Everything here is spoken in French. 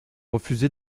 refusé